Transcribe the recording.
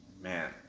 man